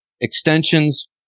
extensions